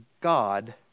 God